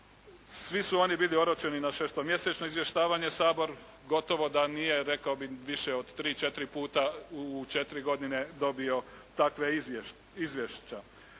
Svi su oni bili oročeni na šestomjesečno izvještavanje Saboru. Gotovo da nije rekao bih više od tri, četiri puta u četiri godine dobio takva izvješća.